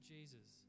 Jesus